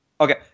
okay